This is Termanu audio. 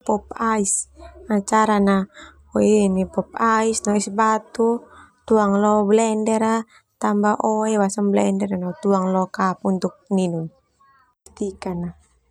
Pop Ice macarana no es batu tao leo blender tambah loe basa sona blender ho tuang lo cup untuk ninu.